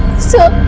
sir.